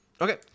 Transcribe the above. Okay